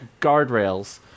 guardrails